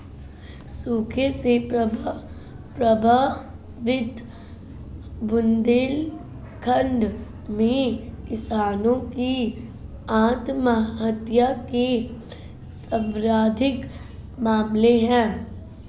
सूखे से प्रभावित बुंदेलखंड में किसानों की आत्महत्या के सर्वाधिक मामले है